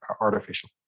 artificial